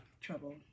trouble